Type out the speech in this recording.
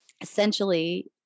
Essentially